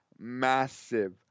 massive